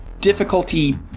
Difficulty